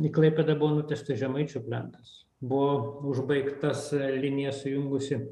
į klaipėdą buvo nutiesta žemaičių plentas buvo užbaigtas linija sujungusi